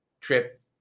trip